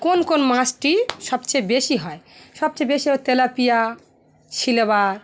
কোন কোন মাছটি সবচেয়ে বেশি হয় সবচেয়ে বেশি হয় তেলাপিয়া সিলভার